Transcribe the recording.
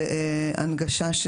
והנגשה.